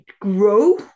grow